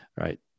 right